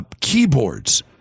keyboards